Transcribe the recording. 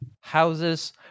houses